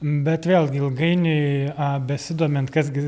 bet vėlgi ilgainiui a besidomint kas gi